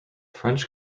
french